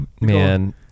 Man